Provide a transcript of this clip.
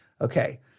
Okay